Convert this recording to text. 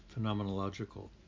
phenomenological